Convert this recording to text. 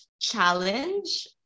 challenge